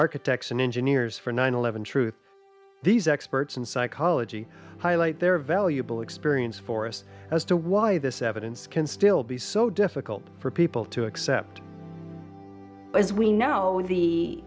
architects and engineers for nine eleven truth these experts in psychology highlight their valuable experience for us as to why this evidence can still be so difficult for people to accept as we know the